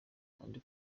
abandi